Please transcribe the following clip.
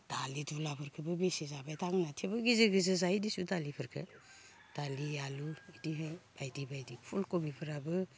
दालि दुलाफोरखोबो बेसे जाबाय थागोन होनना थेवबो गेजेर गेजेर जायो दिसुं दालिफोरखो दालि आलु इदिहाय बायदि बायदि फुलखबिफोराबो